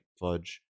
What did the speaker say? fudge